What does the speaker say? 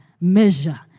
measure